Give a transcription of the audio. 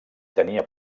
tenia